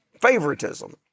Favoritism